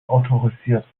autorisiert